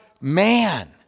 man